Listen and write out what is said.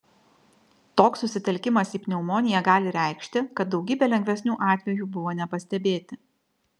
toks susitelkimas į pneumoniją gali reikšti kad daugybė lengvesnių atvejų buvo nepastebėti